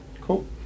Cool